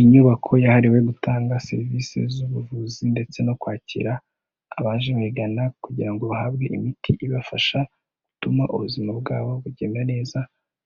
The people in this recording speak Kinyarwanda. Inyubako yahariwe gutanga serivisi z'ubuvuzi ndetse no kwakira abaje Bayingana kugira ngo bahabwe imiti ibafasha gutuma ubuzima bwabo bugenda neza,